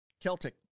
Celtic